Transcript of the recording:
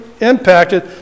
impacted